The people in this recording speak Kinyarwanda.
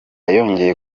yongeye